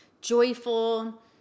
Joyful